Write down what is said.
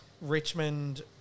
Richmond